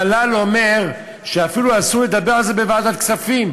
המל"ל אומר שאפילו אסור לדבר על זה בוועדת כספים,